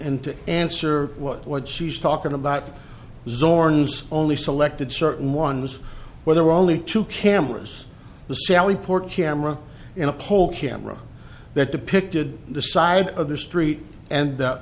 to answer what what she's talking about zorn's only selected certain ones where there were only two cameras the sally port camera and a poll camera that depicted the side of the street and